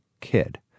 kid